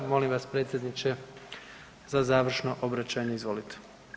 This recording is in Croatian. Molim vas predsjedniče za završno obraćanje, izvolite.